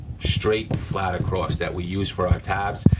straight, flat across, that we use for our tabs,